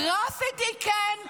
גרפיטי, כן,